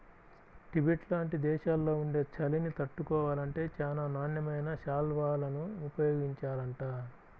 Tibet లాంటి దేశాల్లో ఉండే చలిని తట్టుకోవాలంటే చానా నాణ్యమైన శాల్వాలను ఉపయోగించాలంట